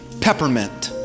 Peppermint